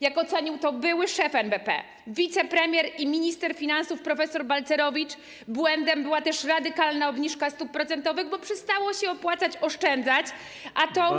Jak ocenił to były szef NBP, wicepremier i minister finansów prof. Balcerowicz, błędem była też radykalna obniżka stóp procentowych, bo przestało się opłacać oszczędzać, a to.